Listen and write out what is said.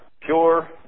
pure